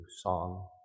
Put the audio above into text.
song